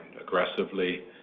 aggressively